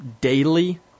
daily